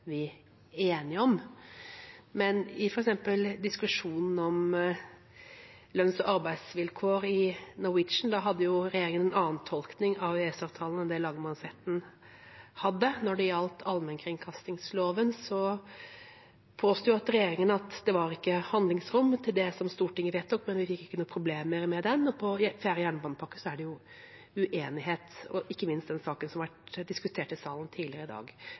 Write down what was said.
vi enige om. Men i f.eks. diskusjonen om lønns- og arbeidsvilkår i Norwegian hadde regjeringa en annen tolkning av EØS-avtalen enn lagmannsretten hadde. Når det gjaldt allmennkringkastingsloven, påsto regjeringa at det ikke var handlingsrom til det som Stortinget vedtok, men vi fikk ikke noe problemer med det. Når det gjelder fjerde jernbanepakke, er det uenighet, og ikke minst den saken som har vært diskutert i salen tidligere i dag.